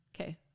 Okay